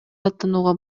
даттанууга